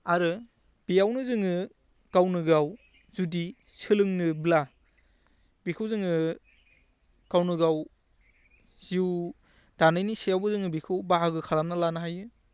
आरो बेयावनो जोङो गावनो गाव जुदि सोलोंनोब्ला बेखौ जोङो गावनो गाव जिउ दानायनि सायावबो जोङो बेखौ बाहागो खालामना लानो हायो